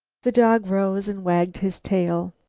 the dog rose and wagged his tail.